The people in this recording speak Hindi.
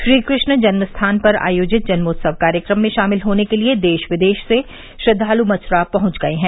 श्रीकृष्ण जन्म स्थान पर आयोजित जन्मोत्सव कार्यक्रम में शामिल होने के लिए देश विदेश से श्रद्वालु मथुरा पहुंच गये हैं